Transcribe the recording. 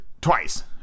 twice